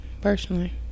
personally